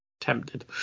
Tempted